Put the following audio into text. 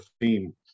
theme